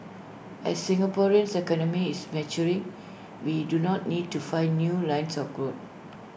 as Singaporeans economy is maturing we do not need to find new lines of growth